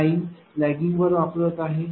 9 legging वर वापरत आहे